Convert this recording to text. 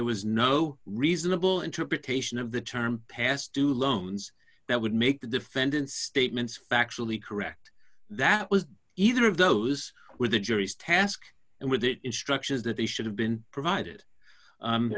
was no reasonable interpretation of the term past due loans that would make the defendant's statements factually correct that was either of those were the jury's task and with it instructions that they should have been provided